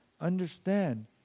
understand